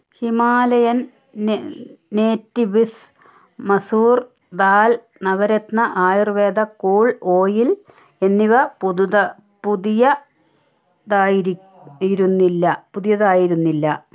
Himalayan natives masoor dal Navratna Ayurveda cool oil എന്നിവ പുതിയതായിരുന്നില്ല